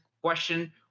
question